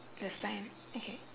the sign okay